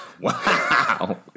Wow